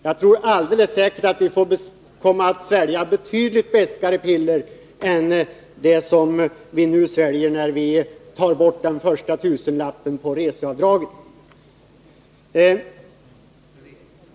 Jag tror säkert att vi kommer att få svälja betydligt beskare piller än det vi sväljer när vi nu tar bort den första tusenlappen på reseavdragen.